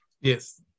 Yes